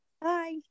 Bye